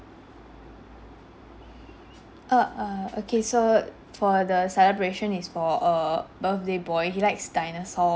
err okay so for the celebration is for a birthday boy he likes dinosaur